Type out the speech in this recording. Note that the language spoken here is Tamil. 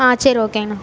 ஆ சரி ஓகேங்கணா